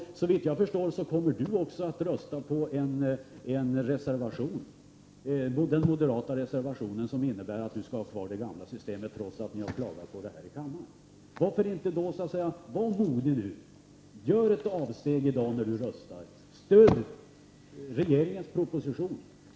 Såvitt jag förstår kommer också Göthe Knutson att rösta för den reservation där ni moderater säger att ni vill ha kvar det gamla systemet — och detta trots att ni har klagat på det här i kammaren. Men var nu modig och gör ett avsteg från det moderata tänkandet vid dagens röstning! Stöd regeringens proposition!